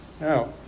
Now